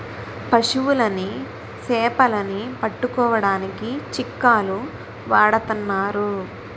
పశువులని సేపలని పట్టుకోడానికి చిక్కాలు వాడతన్నారు